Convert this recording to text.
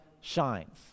shines